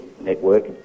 network